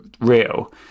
real